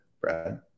Brad